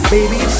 Baby